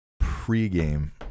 Pre-game